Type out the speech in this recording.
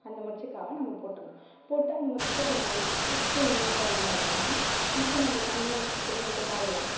அந்த மொச்சக்காவை நம்ப போட்டுருணும் போட்டு அந்த மொச்சக்காய் கொஞ்சம் வெந்துருக்கும் இப்போ என்ன பண்ணணும் அப்படின்னா இப்போ நம்ப தனியாக வச்சுருக்கோம் இல்லையா இந்த காயெல்லாம்